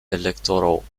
electoral